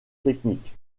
technique